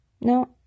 No